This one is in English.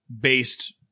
based